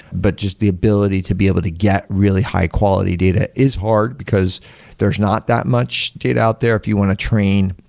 but just the ability to be able to get really high quality data is hard, because there's not that much data out there. if you want to train,